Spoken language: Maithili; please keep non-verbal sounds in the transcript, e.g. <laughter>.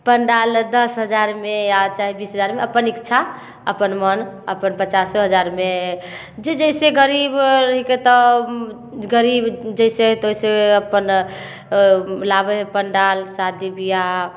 पंडाल दस हजारमे या चाहे बीस हजारमे अपन इच्छा अपन मन अपन पचासो हजारमे जे जैसे गरीब <unintelligible> तऽ गरीब जैसे हइ तऽ वैसे अपन लाबै हइ पंडाल शादी विवाह